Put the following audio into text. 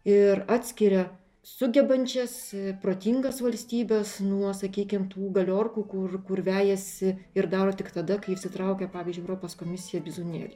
ir atskiria sugebančias protingas valstybes nuo sakykim tų galiorku kur kur vejasi ir daro tik tada kai išsitraukia pavyzdžiui europos komisijai bizūnėlį